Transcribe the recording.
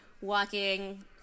walking